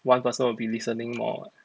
one person will be listening more [what]